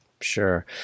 Sure